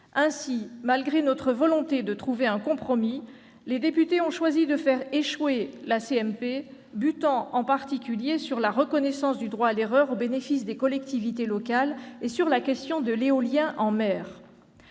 Ainsi, malgré notre volonté de trouver un compromis, les députés ont choisi de faire échouer la réunion de la commission mixte paritaire, butant en particulier sur la reconnaissance du droit à l'erreur au bénéfice des collectivités locales et sur la question de l'éolien en mer.